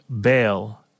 bail